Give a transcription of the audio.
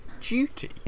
Duty